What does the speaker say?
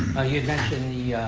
you had mentioned the,